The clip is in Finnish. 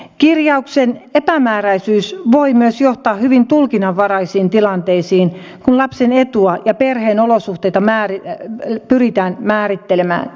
kirjauksen epämääräisyys voi myös johtaa hyvin tulkinnanvaraisiin tilanteisiin kun lapsen etua ja perheen olosuhteita pyritään määrittelemään